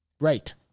right